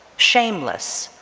shameless,